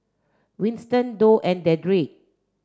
Winston Doug and Dedric